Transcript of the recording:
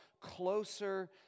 closer